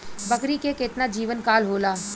बकरी के केतना जीवन काल होला?